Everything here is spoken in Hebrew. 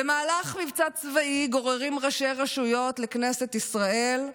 במהלך מבצע צבאי גוררים ראשי רשויות לכנסת ישראל,